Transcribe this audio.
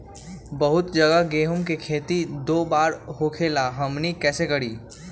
बहुत जगह गेंहू के खेती दो बार होखेला हमनी कैसे करी?